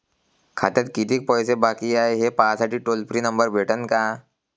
खात्यात कितीकं पैसे बाकी हाय, हे पाहासाठी टोल फ्री नंबर भेटन का?